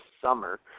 summer